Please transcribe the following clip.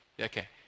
Okay